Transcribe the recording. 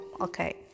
Okay